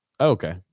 Okay